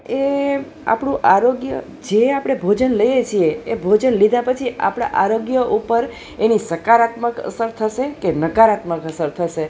એ આપણું આરોગ્ય જે આપણે ભોજન લઈએ છીએ એ ભોજન લીધા પછી આપણા આરોગ્ય ઉપર એની સકારાત્મક અસર થશે કે નકારાત્મક અસર થશે